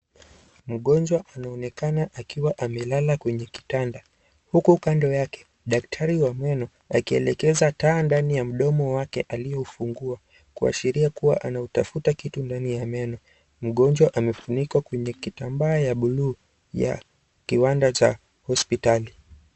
Mgonjwa anaonekana akiwa amelala kwenye kitanda, huku kando yake, daktari wa meno akielekeza taa ndani ya mdomo wake aliyoufungua, kuashiria kuwa anatafuta kitu ndani ya meno. Mgonjwa amefunikwa kwenye kitambaa ya buluu ya kiwanda cha hospitali.